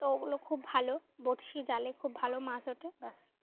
তো ওগুলো খুব ভালো বড়শি জালে খুব ভালো মাছ ওঠে ব্যস